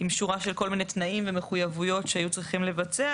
עם שורה של כל מיני תנאים ומחויבויות שהיו צריכים לבצע,